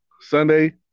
Sunday